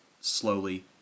slowly